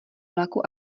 vlaku